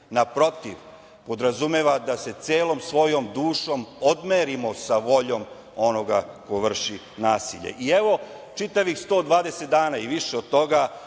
naprotiv, podrazumeva da se celom svojom dušom odmerimo sa voljom onoga ko vrši nasilje.I evo, čitavih 120 dana i više od toga